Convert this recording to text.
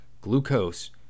glucose